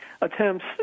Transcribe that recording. attempts